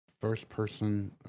first-person